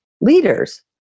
leaders